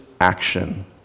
action